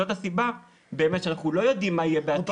זו הסיבה שאנחנו באמת לא יודעים מה יהיה בעתיד.